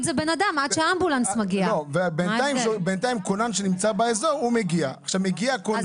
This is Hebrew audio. זה אמבולנס שמגיע ראשון ולפעמים זה כונן שמגיע ראשון.